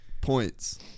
Points